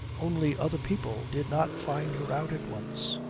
only other people did not find her out at once.